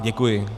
Děkuji.